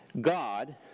God